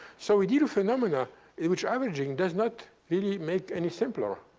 so we did a phenomena in which averaging does not really make any simpler.